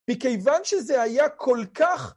בכיוון שזה היה כל כך...